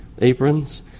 aprons